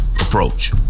approach